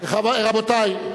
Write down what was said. (חבר הכנסת מיכאל בן-ארי יוצא מאולם המליאה.)